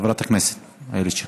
חברת הכנסת איילת שקד.